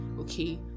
okay